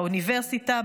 באוניברסיטה,